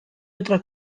otra